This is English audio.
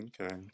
Okay